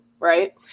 Right